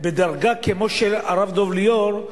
בדרגה כזו כמו הרב דב ליאור,